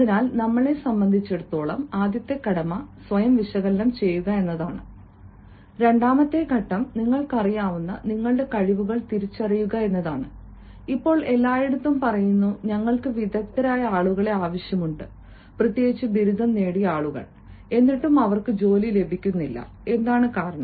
അതിനാൽ നമ്മളെ സംബന്ധിച്ചിടത്തോളം ആദ്യത്തെ കടമ സ്വയം വിശകലനം ചെയ്യുക എന്നതാണ് രണ്ടാമത്തെ ഘട്ടം നിങ്ങൾക്കറിയാവുന്ന നിങ്ങളുടെ കഴിവുകൾ തിരിച്ചറിയുക എന്നതാണ് ഇപ്പോൾ എല്ലായിടത്തും പറയുന്നു ഞങ്ങൾക്ക് വിദഗ്ധരായ ആളുകളെ ആവശ്യമുണ്ട് പ്രത്യേകിച്ചും ബിരുദം നേടിയ ആളുകൾ എന്നിട്ടും അവർക്ക് ജോലി ലഭിക്കുന്നില്ല എന്താണ് കാരണം